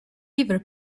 liver